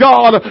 God